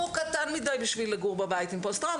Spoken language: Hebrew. הוא קטן מדי בשביל לגור בבית עם פוסט טראומה.